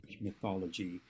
mythology